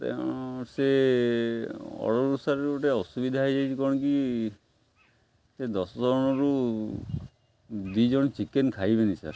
ତେଣୁ ସେ ଅର୍ଡ଼ର୍ରୁ ସାର୍ ଗୋଟେ ଅସୁବିଧା ହେଇଯାଇଛି କ'ଣ କି ସେ ଦଶ ଜଣରୁ ଦୁଇ ଜଣ ଚିକେନ୍ ଖାଇବେନି ସାର୍